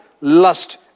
lust